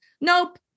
Nope